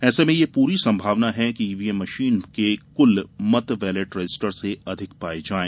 ऐसे में यह पूरी संभावना है कि ईवीएम मशीन के कुल मत बेलेट रजिस्टर से अधिक पाये जायें